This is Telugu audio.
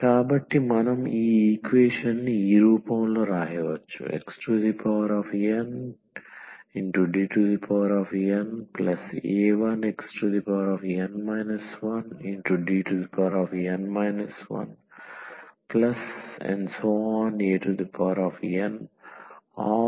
కాబట్టి మనం ఈ ఈక్వేషన్ని ఈ రూపంలో రాయవచ్చుxnDna1xn 1Dn 1anyX